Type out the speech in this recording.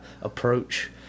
approach